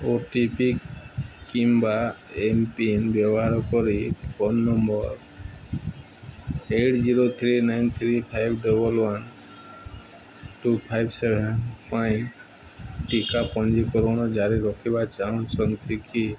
ଓ T P କିମ୍ବା M PIN ବ୍ୟବହାର କରି phone number eight zero three nine three five double one two five seven ପାଇଁ ଟିକା ପଞ୍ଜୀକରଣ ଜାରି ରଖିବା ଚାହୁଁଛନ୍ତି କି